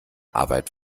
arbeit